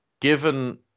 Given